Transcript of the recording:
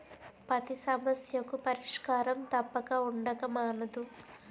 పతి సమస్యకు పరిష్కారం తప్పక ఉండక మానదు